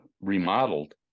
remodeled